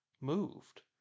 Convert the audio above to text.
moved